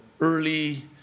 early